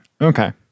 okay